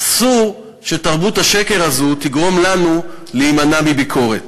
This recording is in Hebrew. אסור שתרבות השקר הזו תגרום לנו להימנע מביקורת.